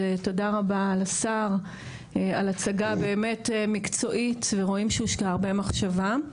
ותודה רבה לשר על הצגה באמת מקצועית ורואים שהושקעה הרבה מחשבה.